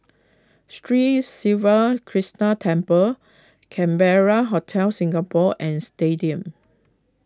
Sri Siva Krishna Temple Capella Hotel Singapore and Stadium